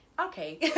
Okay